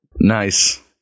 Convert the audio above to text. nice